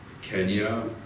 Kenya